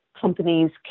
Companies